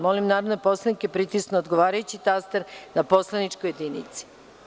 Molim narodne poslanike da pritisnu odgovarajući taster na poslaničkoj jedinici.